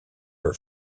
her